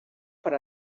per